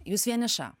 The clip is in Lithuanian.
jūs vieniša